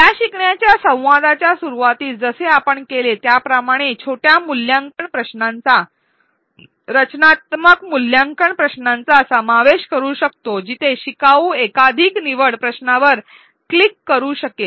या शिकण्याच्या संवादाच्या सुरूवातीस जसे आपण केले त्याप्रमाणे आपण छोट्या मूल्यांकन प्रश्नांचा रचनात्मक मूल्यांकन प्रश्नांचा समावेश करू शकतो जिथे शिकाऊ एकाधिक निवड प्रश्नावर क्लिक करू शकेल